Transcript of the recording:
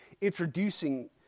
introducing